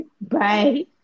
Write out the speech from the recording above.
Bye